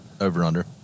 Over-under